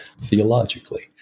theologically